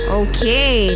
okay